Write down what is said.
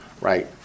Right